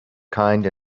kind